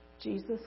Jesus